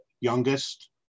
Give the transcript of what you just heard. youngest